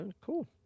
Cool